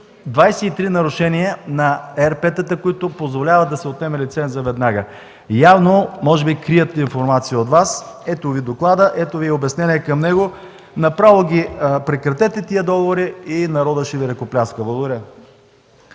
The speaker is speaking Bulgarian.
23 нарушения на ЕРП-тата, които позволяват да се отнеме лицензът веднага. Явно може би крият информация от Вас. Ето Ви доклада! Ето Ви обяснения към него! Направо ги прекратете тези договори и народът ще Ви ръкопляска. Благодаря.